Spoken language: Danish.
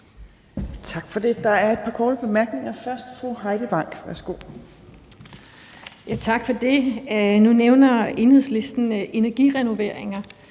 Tak for det. Der er et par korte bemærkninger, først fra fru Heidi Bank. Værsgo. Kl. 13:02 Heidi Bank (V): Tak for det. Nu nævner Enhedslisten energirenoveringer,